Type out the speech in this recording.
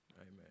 Amen